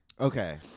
Okay